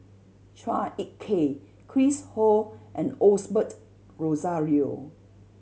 Chua Ek Kay Chris Ho and Osbert Rozario